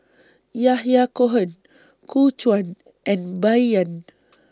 Yahya Cohen Gu Juan and Bai Yan